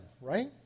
right